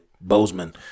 Bozeman